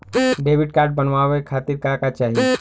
Debit card बनवावे खातिर का का चाही?